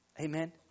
Amen